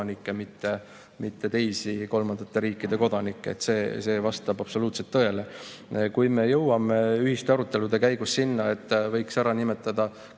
mitte teisi kolmandate riikide kodanikke. See vastab absoluutselt tõele. Kui me jõuame ühiste arutelude käigus sinna, et võiks ära nimetada